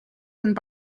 and